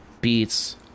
beats